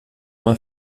uma